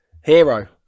Hero